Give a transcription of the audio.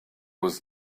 was